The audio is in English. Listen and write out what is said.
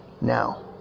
now